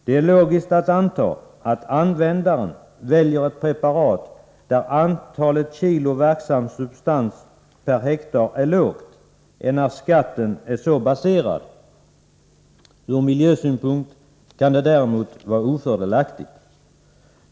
Det är logiskt att anta att användaren väljer ett preparat där antalet kilo verksam substans per hektar är lågt, enär ”skatten” är så baserad. Från miljösynpunkt kan det däremot vara ofördelaktigt.